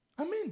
Amen